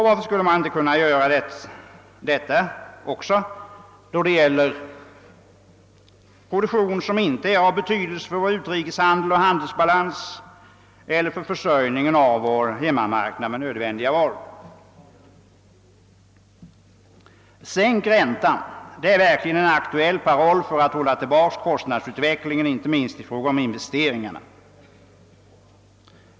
Varför skulle man inte kunna göra detsamma då det gäller produktion som inte är av betydelse för vår utrikeshandel och handelsbalans eller för försörjningen av vår hemmamarknad med nödvändiga varor? Sänk räntan — det är verkligen en aktuell paroll för att hålla tillbaka kostnadsutvecklingen inte minst i fråga om investeringarna.